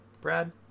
Brad